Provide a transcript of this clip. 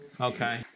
Okay